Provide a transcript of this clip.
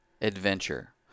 adventure